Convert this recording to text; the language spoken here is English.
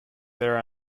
there